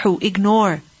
Ignore